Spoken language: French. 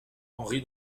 henri